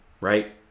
Right